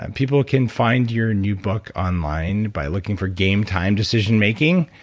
and people can find your new book online by looking for game-time decision making,